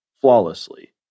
flawlessly